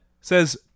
says